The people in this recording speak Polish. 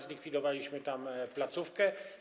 Zlikwidowaliśmy tam placówkę.